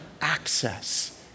access